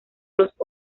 los